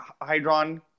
hydron